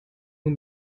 nur